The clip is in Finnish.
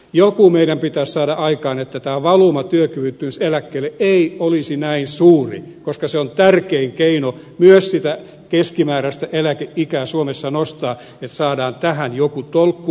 jotain meidän pitäisi saada aikaan että tämä valuma työkyvyttömyyseläkkeelle ei olisi näin suuri koska se on tärkein keino myös sitä keskimääräistä eläkeikää suomessa nostaa että saadaan tähän joku tolkku